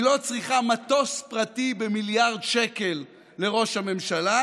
היא לא צריכה מטוס פרטי במיליארד שקל לראש הממשלה,